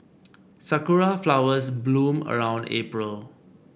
Sakura flowers bloom around April